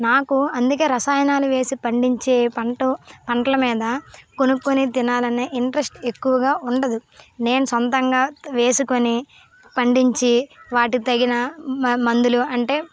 నాకు అందుకే రసాయనాలు వేసి పండించే పంట పంటల మీద కొనుక్కొని తినాలనే ఇంట్రెస్ట్ ఎక్కువగా ఉండదు నేను సొంతంగా వేసుకొని పండించి వాటికి తగిన మందులు అంటే